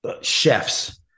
chefs